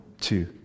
two